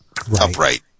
upright